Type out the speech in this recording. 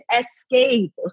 escape